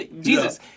Jesus